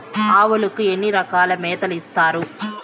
ఆవులకి ఎన్ని రకాల మేతలు ఇస్తారు?